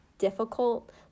Difficult